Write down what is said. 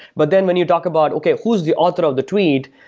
but then when you talk about, okay, who's the author of the tweet?